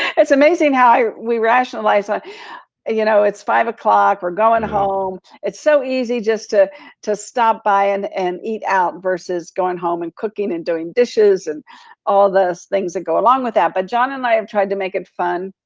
it's amazing how we rationalize. ah you know it's five o'clock, we're going home, it's so easy just to to stop by and and eat out versus going home and cooking and doing dishes and all the things that go along with that. but john and i have tried to make it fun.